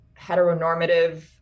heteronormative